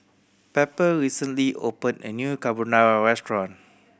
Pepper recently opened a new Carbonara Restaurant